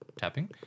tapping